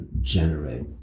generate